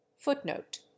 Footnote